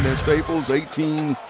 staples, eighteen.